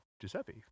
Giuseppe